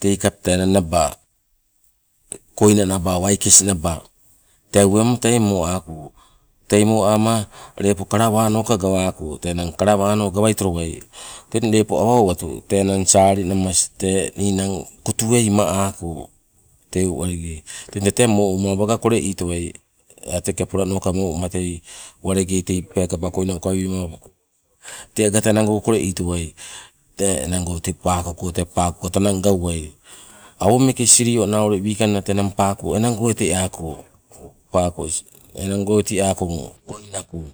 tei kapta enang naba koina naba waikes naba tee uwema tei mo ako. Tei mo ama lepo kalawanoka gawako tee enang kalawanoka gawaitolowai teng lepo awa owatu tee enang saali tee ninang kutue ima ako teu walengei teng tete mo uma aga kole itowai teka polanoka mo uma tei walengei tei peekaba koina ukawi wema te enang go kole itowai, tee enang go paako go tee paako katanang gauwai. Awo meeke siliona wikang paako enango eteako paako enang go eteako koina ko.